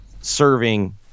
serving